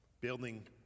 building